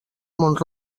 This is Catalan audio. mont